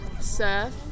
surf